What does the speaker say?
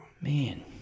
Man